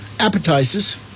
Appetizers